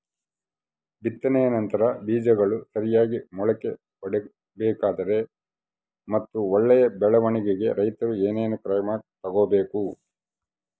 ಬಿತ್ತನೆಯ ನಂತರ ಬೇಜಗಳು ಸರಿಯಾಗಿ ಮೊಳಕೆ ಒಡಿಬೇಕಾದರೆ ಮತ್ತು ಒಳ್ಳೆಯ ಬೆಳವಣಿಗೆಗೆ ರೈತರು ಏನೇನು ಕ್ರಮ ತಗೋಬೇಕು?